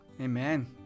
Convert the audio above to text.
Amen